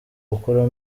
gukora